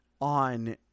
on